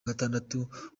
gatandatu